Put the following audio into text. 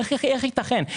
איך יתכן?